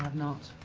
um not.